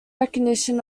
recognition